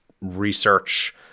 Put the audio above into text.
Research